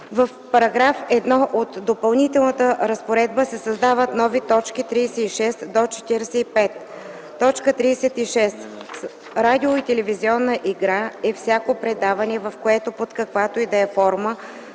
– в § 1 от Допълнителната разпоредба се създават нови точки 36-45: „36. „Радио и телевизионна игра” е всяко предаване, в което под каквато и да е форма